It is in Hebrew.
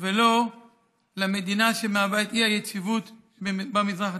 ולא למדינה שהיא אי של יציבות במזרח התיכון.